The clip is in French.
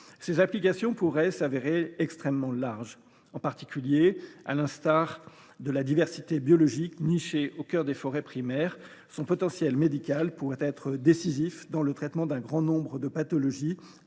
Ses applications pourraient s’avérer extrêmement larges. À l’instar de la diversité biologique nichée au cœur des forêts primaires, son potentiel médical pourrait être décisif dans le traitement d’un grand nombre de pathologies